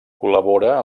col·labora